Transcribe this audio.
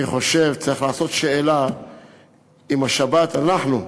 אני חושב, צריך לעשות שאלה אם השבת, אנחנו,